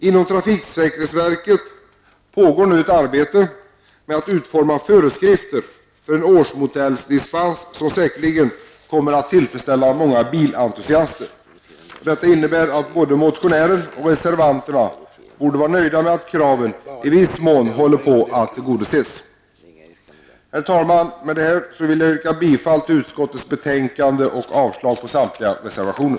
Inom trafiksäkerhetsverket pågår nu ett arbete med att utforma föreskrifter för en årsmodellsdispens som säkerligen kommer att tillfredsställa många bilentusiaster. Detta innebär att både motionären och reservanterna borde vara nöjda med att kraven i viss mån håller på att tillgodoses. Herr talman! Med detta vill jag yrka bifall till utskottets hemställan och avslag på samtliga reservationer.